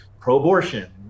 pro-abortion